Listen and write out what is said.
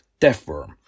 Deathworm